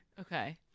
Okay